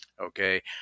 Okay